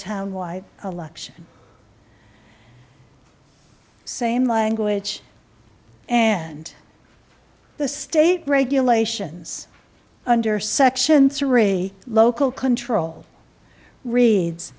town wide election same language and the state regulations under section three local control reads